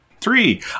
Three